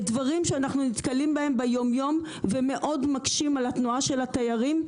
דברים שאנחנו נתקלים בהם ביום יום ומאוד מקשים על התנועה של התיירים.